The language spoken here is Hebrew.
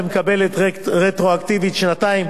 ומקבלת רטרואקטיבית לשנתיים.